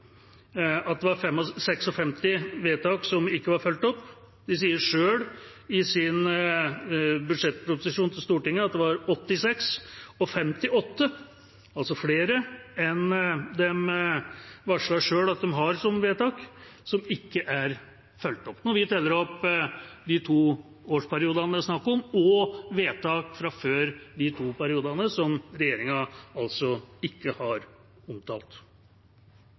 at det var 56 vedtak som ikke var fulgt opp. De sier sjøl i sin budsjettproposisjon til Stortinget at det var 86, og 58, altså flere enn det de varslet sjøl at de har som vedtak, som ikke er fulgt opp, når vi teller opp de to årsperiodene det er snakk om, og vedtak fra før de to periodene som regjeringa ikke har omtalt.